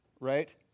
Right